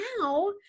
now